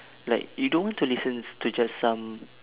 like you don't want to listens to just some